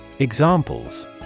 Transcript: Examples